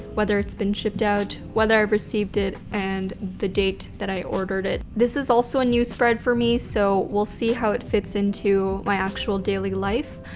whether it's been shipped out, whether i received it, and date that i ordered it. this is also a new spread for me so we'll see how it fits into my actual daily life.